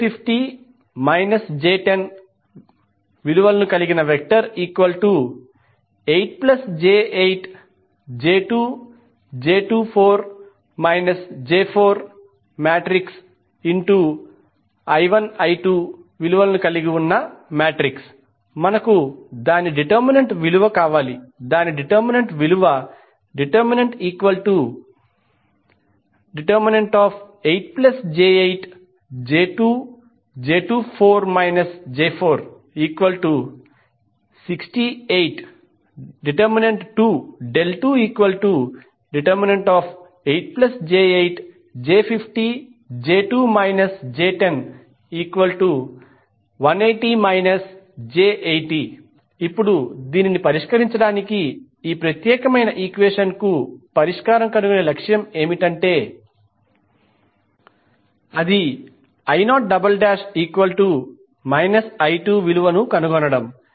j50 j10 8j8 j2 j2 4 j4 I1 I2 మనకు దాని determinant విలువ ∆8j8 j2 j2 4 j4 68 ∆28j8 j50 j2 j10 180 j80 ఇప్పుడు దీనిని పరిష్కరించడానికి ఈ ప్రత్యేకమైన ఈక్వెషన్ కు పరిష్కారం కనుగొనే లక్ష్యం ఏమిటంటే అది I0 I2 విలువను కనుగొనడం